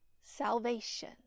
salvation